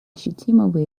ощутимого